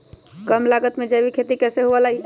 कम लागत में जैविक खेती कैसे हुआ लाई?